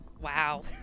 Wow